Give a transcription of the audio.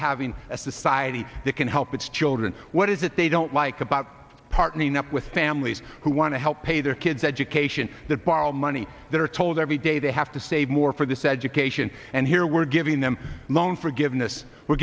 having a society that can help its children what is it they don't like about partnering up with families who want to help pay their kids education that borrow money that are told every day they have to save more for this education and here we're giving them a loan forgiveness were